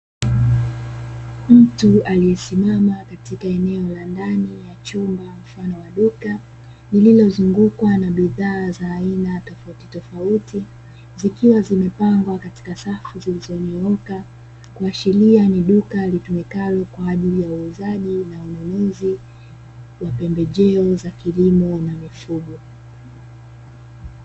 Mtu aliyesimama katika eneo la ndani ya chumba mfano wa duka, lililozungukwa na bidhaa za aina tofautitofauti, zikiwa zimepangwa katika safu zilizonyooka, kuashiria ni duka litumikalo kwa ajili ya wauzaji na ununuzi wa pembejeo za kilimo na mifugo.